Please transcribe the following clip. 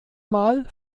mal